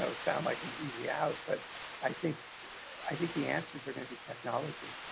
so sound like an easy out, but i think i think the answers are going to be technology.